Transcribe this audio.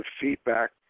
feedback